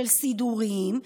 של סידורים,